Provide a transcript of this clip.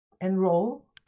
enroll